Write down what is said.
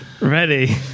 Ready